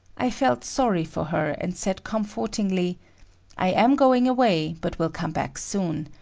i felt sorry for her, and said comfortingly i am going away but will come back soon.